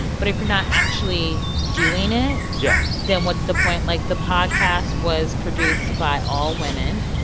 but if you're not actually doing it. yeah. then what's the point? like, the podcast was produced by all women.